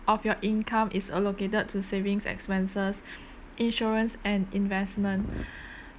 of your income is allocated to savings expenses insurance and investment